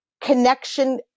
connection